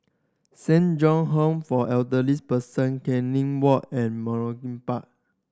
Saint John Home for Elderly Persons Canning Walk and Malcolm Park